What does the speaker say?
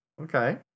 Okay